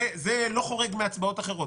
זה לא חורג מהצבעות אחרות.